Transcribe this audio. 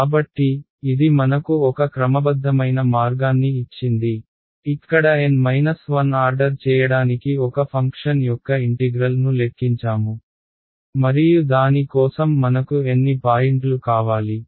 కాబట్టి ఇది మనకు ఒక క్రమబద్ధమైన మార్గాన్ని ఇచ్చింది ఇక్కడ N 1 ఆర్డర్ చేయడానికి ఒక ఫంక్షన్ యొక్క ఇంటిగ్రల్ ను లెక్కించాము మరియు దాని కోసం మనకు ఎన్ని పాయింట్లు కావాలి